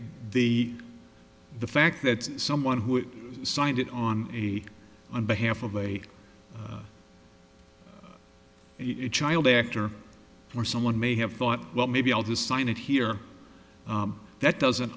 the the fact that someone who signed it on a on behalf of a child actor or someone may have thought well maybe i'll just sign it here that doesn't